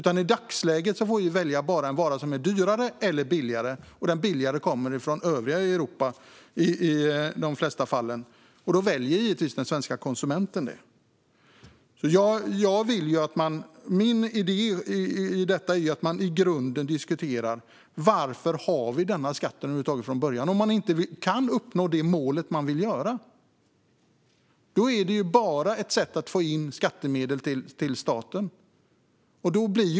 I dagsläget får vi välja mellan en dyrare eller en billigare vara, och den billigare kommer i de flesta fall från övriga Europa. Då väljer den svenska konsumenten givetvis den varan. Min idé är att man i grunden diskuterar varför vi över huvud taget har denna skatt om vi inte kan uppnå det mål vi vill nå. Då är det ju bara ett sätt att få in skattemedel till staten.